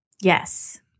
Yes